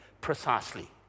precisely